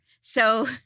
So-